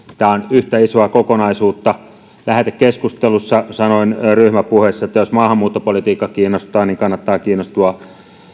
tämä on yhtä isoa kokonaisuutta lähetekeskustelussa sanoin ryhmäpuheessa että jos maahanmuuttopolitiikka kiinnostaa kannattaa kiinnostua